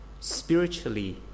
spiritually